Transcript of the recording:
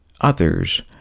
others